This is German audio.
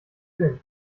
film